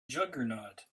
juggernaut